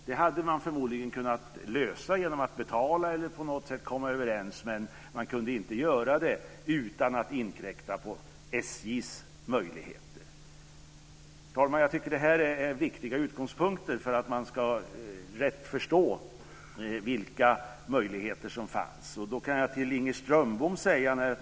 Det hade man förmodligen kunnat lösa genom att betala eller på något sätt komma överens, men man kunde inte göra detta utan att inkräkta på Herr talman! Jag tycker att det här är viktiga utgångspunkter för att man rätt ska förstå vilka möjligheter som fanns. Då kan jag säga en sak till Inger Strömbom.